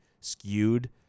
skewed